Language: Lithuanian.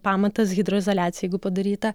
pamatas hidroizoliacija jeigu padaryta